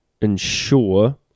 ensure